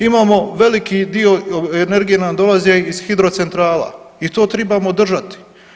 Imamo veliki dio energije nam dolaze iz hidrocentrala i to tribamo držati.